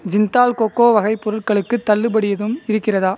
Jindal cocoa வகை பொருள்களுக்கு தள்ளுபடி எதும் இருக்கிறதா